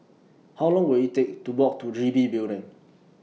How Long Will IT Take to Walk to G B Building